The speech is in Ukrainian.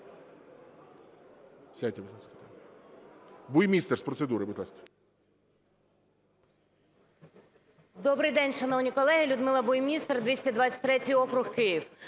Добрий день, шановні колеги! Людмила Буймістер, 223 округ Київ.